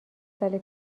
سال